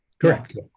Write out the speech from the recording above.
Correct